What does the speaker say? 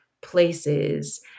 places